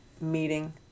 meeting